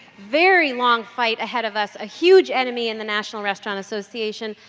very long fight a ahead of us. a huge enemy in the national restaurant association.